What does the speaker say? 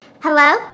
Hello